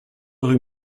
rue